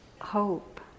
hope